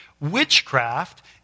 Witchcraft